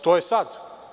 To je sada.